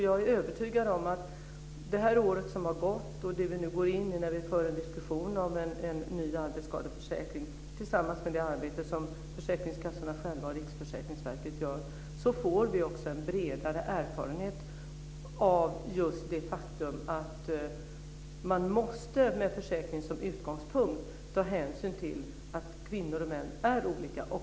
Jag är övertygad om att det år som har gått och det år som vi går in i, när vi för en diskussion om en ny arbetsskadeförsäkring tillsammans med det arbete som kassorna själva och Riksförsäkringsverket gör, innebär att vi får en bredare erfarenhet av just det faktum att man med försäkringen som utgångspunkt måste ta hänsyn till att kvinnor och män är olika.